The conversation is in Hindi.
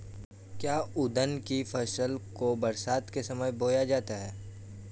क्या उड़द की फसल को बरसात के समय बोया जाता है?